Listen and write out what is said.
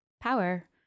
power